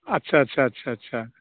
आच्चा आच्चा आच्चा